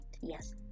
yes